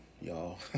y'all